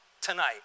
tonight